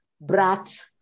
brat